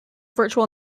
virtual